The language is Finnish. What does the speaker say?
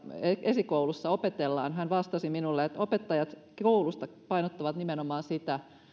esikoulussa opetellaan niin hän vastasi minulle että opettajat koulussa painottavat nimenomaan sitä